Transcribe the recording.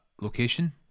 location